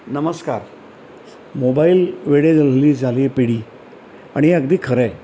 नमस्कार मोबाईल वेडी ली झालीए ही पिढी आणि अगदी खरे आहे